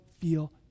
feel